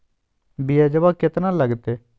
ब्यजवा केतना लगते?